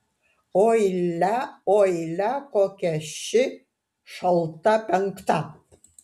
oi lia oi lia kokia ši šalta penkta